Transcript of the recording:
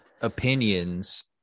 opinions